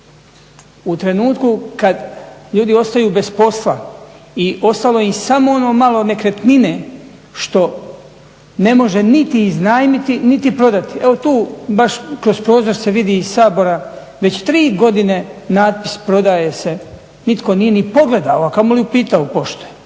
u trenutku kada ljudi ostaju bez posla i ostalo je samo ono malo nekretnine što ne može niti iznajmiti niti prodati, evo tu baš kroz prozor se vidi iz Sabora već 3 godine natpis "prodaje se", nitko nije ni pogledao, a kamoli upitao pošto je.